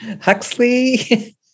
Huxley